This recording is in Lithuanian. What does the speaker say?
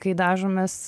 kai dažomės